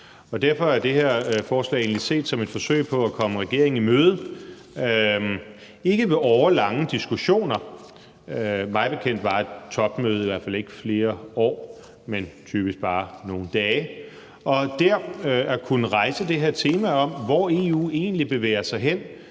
Derfor er det her forslag egentlig set som et forsøg på at komme regeringen i møde, ikke ved årelange diskussioner – mig bekendt varer et topmøde i hvert fald ikke flere år, men typisk bare nogle dage – men ved at kunne rejse det her tema om, hvor EU egentlig bevæger sig hen,